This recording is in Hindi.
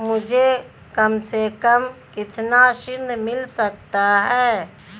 मुझे कम से कम कितना ऋण मिल सकता है?